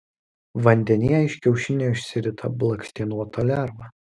vandenyje iš kiaušinio išsirita blakstienota lerva